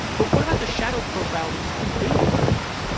but what about the shadow profile that predated your account?